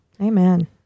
Amen